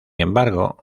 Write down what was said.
embargo